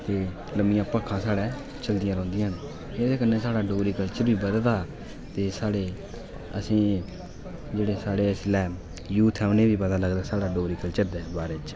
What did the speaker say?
ते लम्मियां भाखां साढ़े चलदियां रौंह्दियां न एह्दे कन्नै साढ़ा डोगरी कल्चर बी बधदा ते असेंई जेह्ड़े साढ़े इसलै यूथ ऐ उ'नेंगी बी पता लगदा साढ़े डोगरी कल्चर दे बारै च